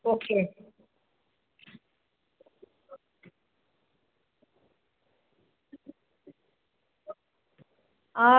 okay